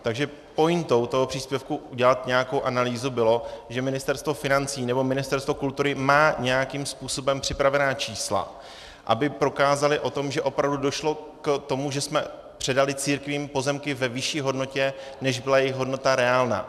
Takže pointou toho příspěvku udělat nějakou analýzu bylo, že Ministerstvo financí nebo Ministerstvo kultury má nějakým způsobem připravená čísla, aby prokázali, že opravdu došlo k tomu, že jsme předali církvím pozemky ve vyšší hodnotě, než byla jejich hodnota reálná.